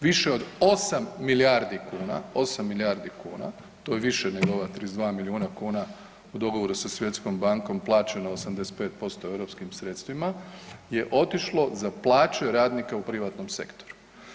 Više od 8 milijardi kuna, 8 milijardi kuna, to je više nego ova 32 milijuna kuna u dogovoru sa Svjetskom bankom plaćeno 85% europskim sredstvima, je otišlo za plaće radnika u privatnom sektoru.